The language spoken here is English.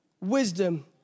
wisdom